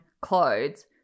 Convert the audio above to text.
clothes